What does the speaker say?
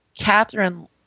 Catherine